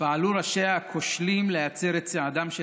פעלו ראשיה הכושלים להצר את צעדם של